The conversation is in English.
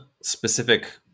specific